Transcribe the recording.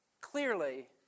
clearly